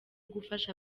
gufasha